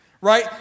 Right